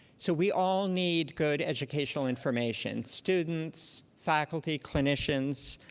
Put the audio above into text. so we all need good educational information. students, faculty, clinicians,